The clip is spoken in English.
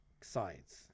sides